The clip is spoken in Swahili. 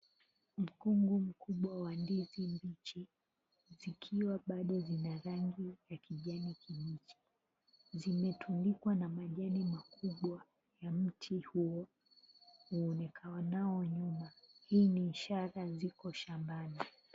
Mkungu wa ndizi mbichi zikiwa bado zina rangi ya kijani kibichi zimetundikwa na majani makubwa ya mti huo uonekanao nyuma hii ni ishara ziko shambani.